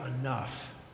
enough